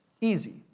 Easy